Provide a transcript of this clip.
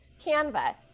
Canva